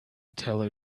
teller